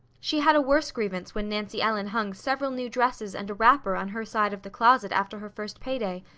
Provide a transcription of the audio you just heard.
she had a worse grievance when nancy ellen hung several new dresses and a wrapper on her side of the closet after her first pay-day,